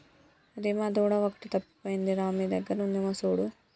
రీమా దూడ ఒకటి తప్పిపోయింది రా మీ దగ్గర ఉందేమో చూడు